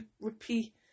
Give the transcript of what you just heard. repeat